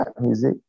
music